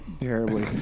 terribly